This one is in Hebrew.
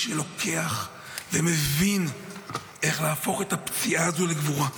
שלוקח ומבין איך להפוך את הפציעה הזו לגבורה.